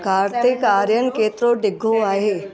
कार्तिक आर्यन केतिरो डिघो आहे